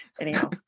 anyhow